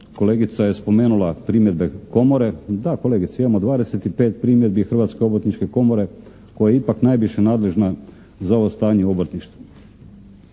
kolegica je spomenula primjedbe komore. Da kolegice, imamo 25 primjedbi Hrvatske obrtničke komore koja je ipak najviše nadležna za ovo stanje u obrtništvu.